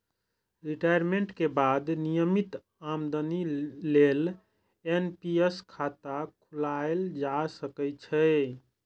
retirement के बाद नियमित आमदनी लेल एन.पी.एस खाता खोलाएल जा सकै छै